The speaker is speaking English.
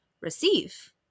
receive